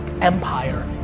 empire